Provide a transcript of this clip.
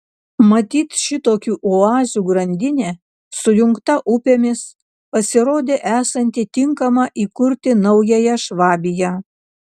matyt šitokių oazių grandinė sujungta upėmis pasirodė esanti tinkama įkurti naująją švabiją